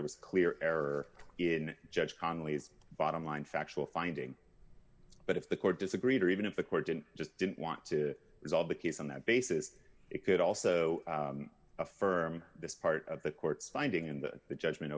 there was a clear error in judge conley's bottom line factual finding but if the court disagreed or even if the court didn't just didn't want to resolve the case on that basis it could also affirm this part of the court's finding and the judgment